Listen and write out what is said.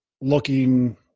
looking